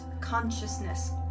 Consciousness